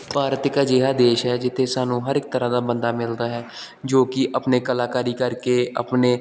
ਭਾਰਤ ਇੱਕ ਅਜਿਹਾ ਦੇਸ਼ ਹੈ ਜਿੱਥੇ ਸਾਨੂੰ ਹਰ ਇੱਕ ਤਰ੍ਹਾਂ ਦਾ ਬੰਦਾ ਮਿਲਦਾ ਹੈ ਜੋ ਕਿ ਆਪਣੇ ਕਲਾਕਾਰੀ ਕਰਕੇ ਆਪਣੇ